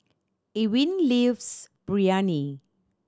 Ewin lives Biryani